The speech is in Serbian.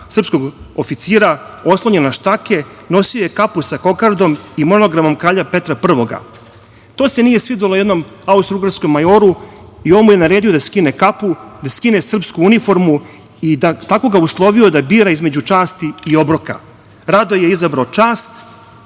srpskog oficira, oslonjen na štake, nosio je kapu sa kokardom i monogramom kralja Petra Prvog. To se nije svidelo jednom austrougarskom majoru i on mu je naredio da skine kapu, da skine srpsku uniformu i tako ga uslovio da bira između časti i obroka. Radoje je izabrao čast